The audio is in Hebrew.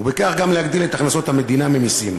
ובכך להגדיל גם את הכנסות המדינה ממסים.